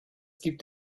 gibt